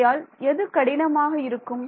ஆகையால் எது கடினமாக இருக்கும்